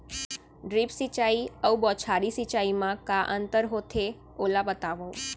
Drip सिंचाई अऊ बौछारी सिंचाई मा का अंतर होथे, ओला बतावव?